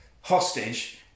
hostage